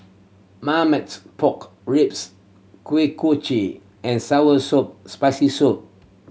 Marmite Pork Ribs Kuih Kochi and sour soup Spicy Soup